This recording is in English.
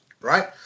right